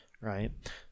Right